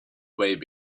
web